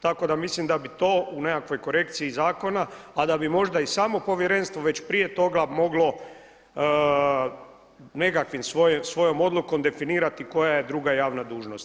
Tako da mislim da bi to u nekakvoj korekciji zakona, a da bi možda i samo Povjerenstvo već prije toga moglo nekakvom svojom odlukom definirati koja je druga javna dužnost.